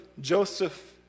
Joseph